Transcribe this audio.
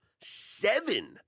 Seven